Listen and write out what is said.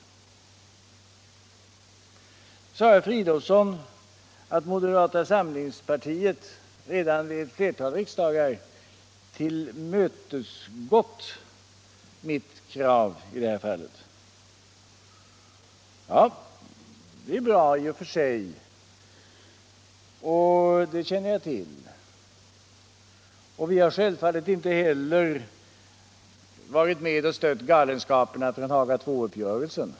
Så sade herr Fridolfsson att moderata samlingspartiet redan vid ett flertal riksdagar tillmötesgått mitt krav i det här fallet. Ja, det är bra i och för sig, och det känner jag till. Vi har självfallet inte heller varit med och stött galenskaperna från Haga II-uppgörelsen.